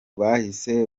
bahise